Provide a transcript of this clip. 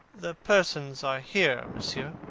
the persons are here, monsieur.